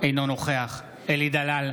אינו נוכח אלי דלל,